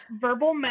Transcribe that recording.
verbal